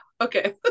Okay